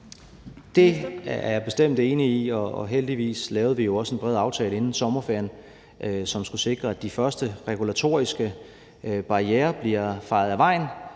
Det er jeg bestemt enig i, og heldigvis lavede vi jo også en bred aftale inden sommerferien, som skulle sikre, at de første regulatoriske barrierer bliver fejet af vejen,